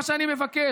מה שאני מבקש,